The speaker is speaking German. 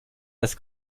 das